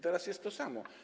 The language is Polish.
Teraz jest to samo.